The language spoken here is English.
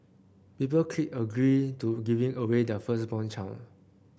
people clicked agree to giving away their firstborn child